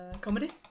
Comedy